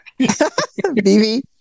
BV